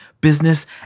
business